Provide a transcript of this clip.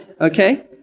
Okay